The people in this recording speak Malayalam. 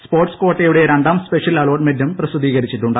സ്പോർട്സ് കാട്ടയുടെ രണ്ടാം സ്പെഷ്യൽ അലോട്ട്മെന്റും പ്രസിദ്ധീകരിച്ചിട്ടുണ്ട്